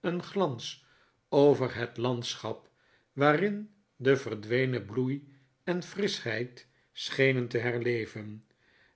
een glans over het landschap waarin de verdwenen bloei en frischheid schenen te herleven